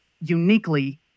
uniquely